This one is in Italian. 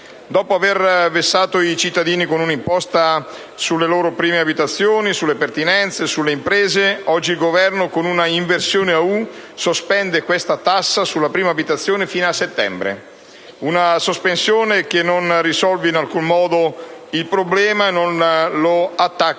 Dopo aver vessato i cittadini con un'imposta sulle prime abitazioni, sulle pertinenze e sulle imprese, oggi il Governo, con un'inversione ad U, sospende questa tassa sulla prima abitazione fino a settembre; è una sospensione che, però, non risolve in alcun modo il problema e non lo attacca